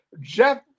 Jeff